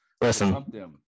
listen